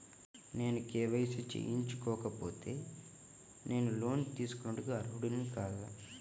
నేను కే.వై.సి చేయించుకోకపోతే నేను లోన్ తీసుకొనుటకు అర్హుడని కాదా?